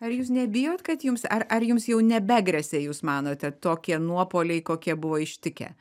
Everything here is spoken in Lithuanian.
ar jūs nebijot kad jums ar ar jums jau nebegresia jūs manote tokie nuopuoliai kokie buvo ištikę